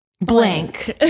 blank